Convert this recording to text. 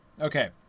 Okay